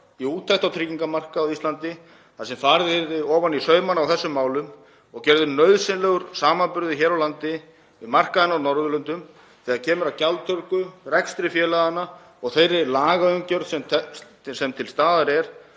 í úttekt á tryggingamarkaði á Íslandi þar sem farið yrði ofan í saumana á þessum málum og gerður nauðsynlegur samanburður hér á landi við markaðinn annars staðar á Norðurlöndum þegar kemur að gjaldtöku, rekstri félaganna og þeirri lagaumgjörð sem til staðar er